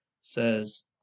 says